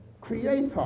creator